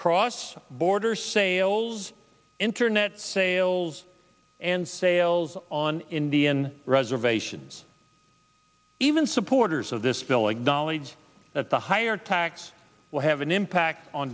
cross border sales internet sales and sales on indian reservations even supporters of this filling knowledge that the higher tax will have an impact on